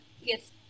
yes